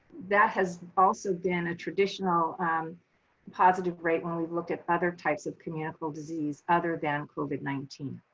that has also been a traditional positive rate when we've looked at other types of communicable disease other than covid nineteen.